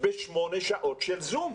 עם שמונה שעות של זום.